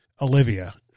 Olivia